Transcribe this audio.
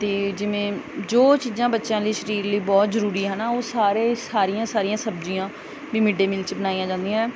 ਅਤੇ ਜਿਵੇਂ ਜੋ ਚੀਜ਼ਾਂ ਬੱਚਿਆਂ ਲਈ ਸਰੀਰ ਲਈ ਬਹੁਤ ਜ਼ਰੂਰੀ ਆ ਹੈ ਨਾ ਉਹ ਸਾਰੇ ਸਾਰੀਆਂ ਸਾਰੀਆਂ ਸਬਜ਼ੀਆਂ ਵੀ ਮਿਡਡੇ ਮੀਲ 'ਚ ਬਣਾਈਆਂ ਜਾਂਦੀਆਂ